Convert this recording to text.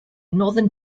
northern